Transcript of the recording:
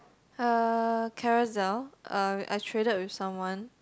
uh Carousell uh I traded with someone